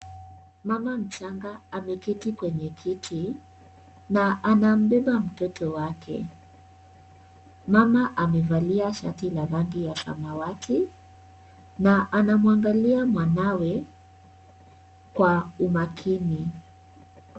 Mama mchanga ameketi kwenye kiti na anambeba mtoto wake. Mama amevalia shati la rangi ya samawati na anamwanaglia mwanawe kwa umakini.